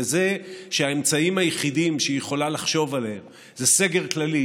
לזה שהאמצעים היחידים שהיא יכולה לחשוב עליהם זה סגר כללי,